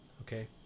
Okay